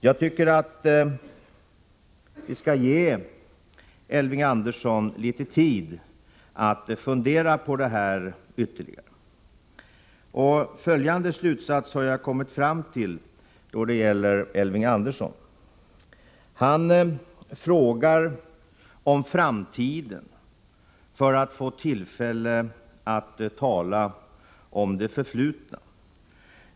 Jag tycker att vi skall ge Elving Andersson litet tid att fundera på detta ytterligare. Följande slutsats har jag kommit fram till då det gäller Elving Andersson: Han frågar om framtiden för att få tillfälle att tala om det förflutna.